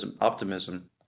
optimism